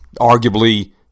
arguably